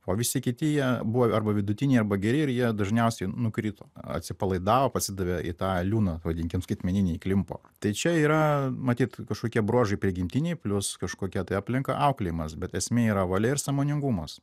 o visi kiti jie buvo arba vidutiniai arba geri ir jie dažniausiai nukrito atsipalaidavo pasidavė į tą liūną vadinkim skaitmeninį įklimpo tai čia yra matyt kažkokie bruožai prigimtiniai plius kažkokia tai aplinka auklėjimas bet esmė yra valia ir sąmoningumas